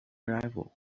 arrival